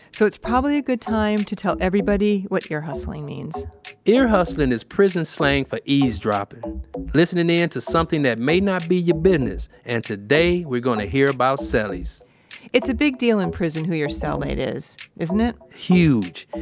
so it's probably a good time to tell everybody what ear hustling means ear hustling is prison slang for eavesdropping listen and into something that may not be your business, and today we're going to hear about cellies it's a big deal in prison who your cellmate is, isn't it? huge.